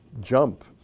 jump